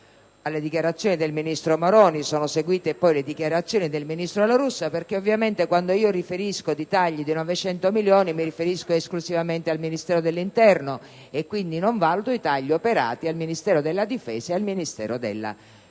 Alle dichiarazioni del ministro Maroni sono seguite le dichiarazioni del ministro La Russa, perché quando parlo di tagli pari a 900 milioni di euro mi riferisco esclusivamente al Ministero dell'interno e non valuto quelli operati al Ministero della difesa e al Ministero della